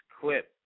clip